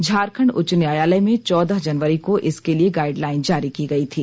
झारखंड उच्च न्यायालय में चौदह जनवरी को इसके लिए गाइडलाइन जारी की गई थी